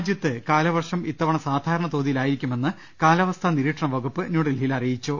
രാജ്യത്ത് കാലവർഷം ഇത്തവണ സാധാരണ തോതിലായിരിക്കു മെന്ന് കാലാവസ്ഥാ നിരീക്ഷണ വകുപ്പ് ന്യൂഡൽഹിയിൽ അറിയി ച്ചു